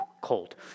cold